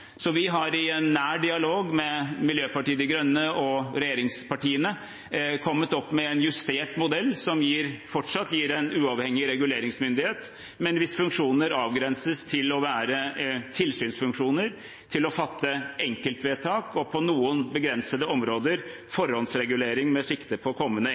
Så vi har i en nær dialog med Miljøpartiet De Grønne og regjeringspartiene kommet opp med en justert modell, som fortsatt gir en uavhengig reguleringsmyndighet, men hvis funksjoner avgrenses til å være tilsynsfunksjoner, til å fatte enkeltvedtak og på noen begrensede områder forhåndregulering med sikte på kommende